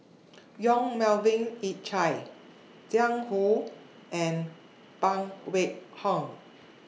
Yong Melvin Yik Chye Jiang Hu and Phan Wait Hong